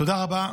תודה רבה,